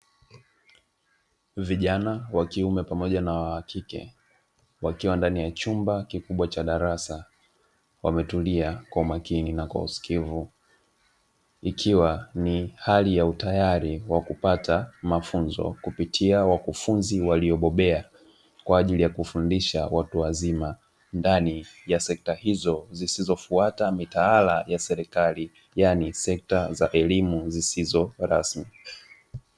Vijana wa kiume pamoja na wa kike, wakiwa ndani ya chumba kikubwa cha darasa, wametulia kwa umakini na kwa usikivu ikiwa ni hali ya utayari wa kupata mafunzo kupitia wakufunzi waliobobea kwa ajili ya kufundisha watu wazima ndani ya sekta hizo zisizofuata mitaala ya serikali, yaani sekta za elimu zisizo rasmi.